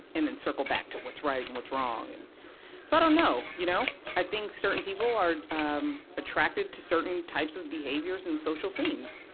and then circle back to what's right and what's wrong, and so you know? you know i think certain people are um attracted to certain types of behaviors and social scenes.